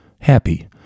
happy